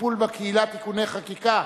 וטיפול בקהילה (תיקוני חקיקה),